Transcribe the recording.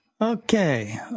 Okay